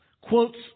quotes